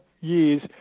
years